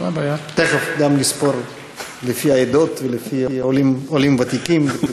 תכף גם נספור לפי העדות ולפי עולים וותיקים.